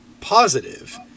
positive